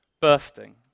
bursting